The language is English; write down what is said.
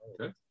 Okay